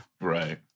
Right